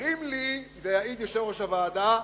אומרים לי, ויעיד יושב-ראש הוועדה: